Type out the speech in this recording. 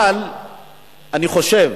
אבל אני חושב